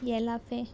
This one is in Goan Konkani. येलाफे